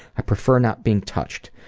i prefer not being touched.